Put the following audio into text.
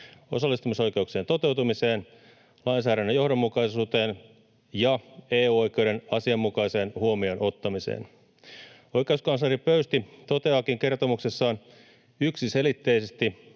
osallistumisoikeuksien toteutumiseen, lainsäädännön johdonmukaisuuteen ja EU-oikeuden asianmukaiseen huomioon ottamiseen. Oikeuskansleri Pöysti toteaakin kertomuksessaan yksiselitteisesti